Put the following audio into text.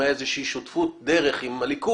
ואני בטוח שאם הייתה איזושהי שותפות דרך עם הליכוד,